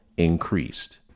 increased